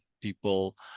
people